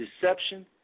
Deception